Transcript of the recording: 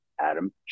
Adam